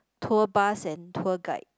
tour bus and tour guide